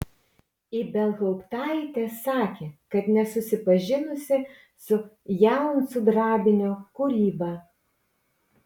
ibelhauptaitė sakė kad nesusipažinusi su jaunsudrabinio kūryba